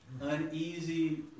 uneasy